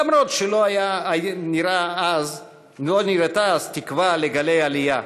אף שלא נראתה אז תקווה לגלי עלייה,